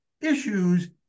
issues